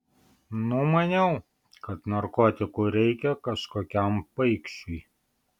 numaniau kad narkotikų reikia kažkokiam paikšiui